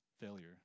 failure